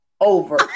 over